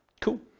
Cool